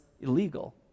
illegal